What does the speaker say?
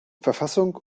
verfassung